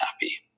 happy